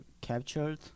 captured